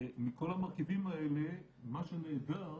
מכל המרכיבים האלה מה שנאגר